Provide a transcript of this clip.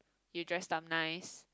you dressed up nice